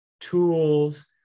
tools